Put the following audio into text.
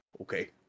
okay